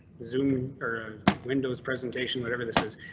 zoom windows presentation whatever this is.